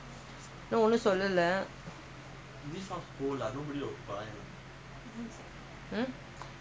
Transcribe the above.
நான்ஒன்னும்சொல்லல:naan onnum sollala own house ஹவுஸ்என்னசெய்றது:enna seirathu where